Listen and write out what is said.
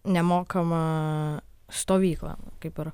nemokamą stovyklą kaip ir